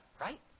right